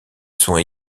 sont